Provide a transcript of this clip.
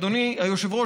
אדוני היושב-ראש,